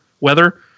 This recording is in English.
weather